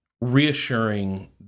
reassuring